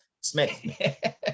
Smith